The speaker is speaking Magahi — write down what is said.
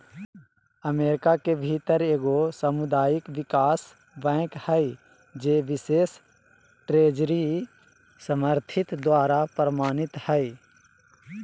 अमेरिका के भीतर एगो सामुदायिक विकास बैंक हइ जे बिशेष ट्रेजरी समर्थित द्वारा प्रमाणित हइ